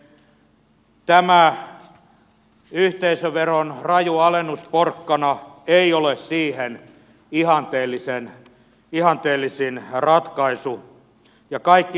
tämä yhteisöveron raju alennusporkkana ei ole siihen ihanteellisin ratkaisu